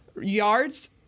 yards